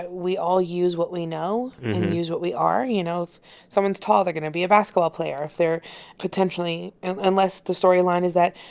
we all use what we know and use what we are, you know? if someone's tall, they're going to be a basketball player. if they're potentially unless the storyline is that,